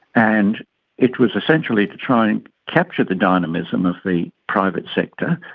and it was essentially to try and capture the dynamism of the private sector,